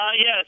Yes